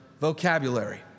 vocabulary